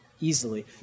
easily